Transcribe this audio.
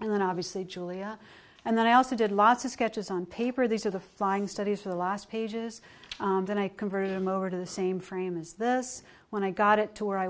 and then obviously julia and then i also did lots of sketches on paper these are the flying studies of the last pages and i compare them over to the same frame as this when i got it to where i